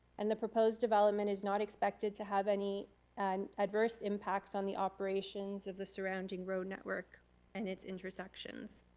and the proposed development is not expected to have any and adverse impacts on the operations of the surrounding road network and its intersections.